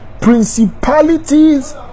principalities